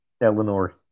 Eleanor